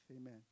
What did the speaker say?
amen